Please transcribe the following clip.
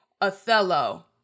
Othello